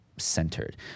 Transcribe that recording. centered